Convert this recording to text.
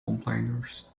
complainers